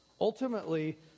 Ultimately